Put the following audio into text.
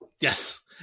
Yes